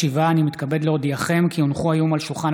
שעה 11:00 תוכן העניינים מסמכים שהונחו על שולחן